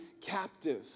captive